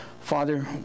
Father